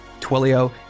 Twilio